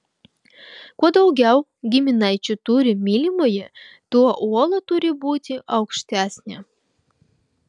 kuo daugiau giminaičių turi mylimoji tuo uola turi būti aukštesnė